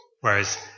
Whereas